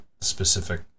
specific